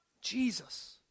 Jesus